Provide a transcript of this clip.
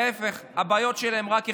להפך, הבעיות שלהם רק החמירו.